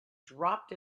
dropped